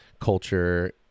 culture